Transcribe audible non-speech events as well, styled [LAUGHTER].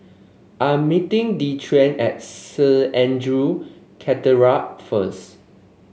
I'm meeting Dequan at Saint Andrew [UNINTELLIGIBLE] first